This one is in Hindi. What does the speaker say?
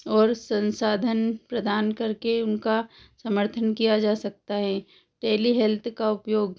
और संसाधन प्रदान करके उनका समर्थन किया जा सकता है टेली हेल्थ का उपयोग